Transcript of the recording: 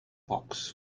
box